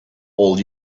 all